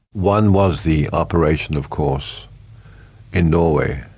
one was the operation of course in norway,